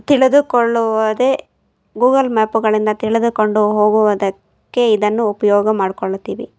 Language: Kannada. ತಿಳಿದುಕೊಳ್ಳುವುದೇ ಗೂಗಲ್ ಮ್ಯಾಪುಗಳಿಂದ ತಿಳಿದುಕೊಂಡು ಹೋಗುವುದಕ್ಕೆ ಇದನ್ನು ಉಪಯೋಗ ಮಾಡ್ಕೊಳ್ಳುತ್ತೀವಿ